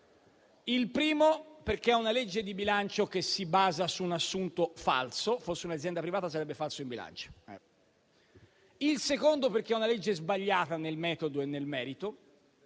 Il primo è che è una manovra di bilancio che si basa su un assunto falso; se fosse un'azienda privata sarebbe falso in bilancio. Il secondo è che è una manovra sbagliata nel metodo e nel merito.